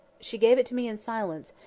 she gave it to me in silence,